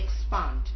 expand